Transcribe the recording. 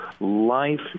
life